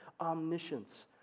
omniscience